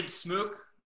Smook